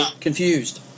confused